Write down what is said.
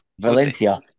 Valencia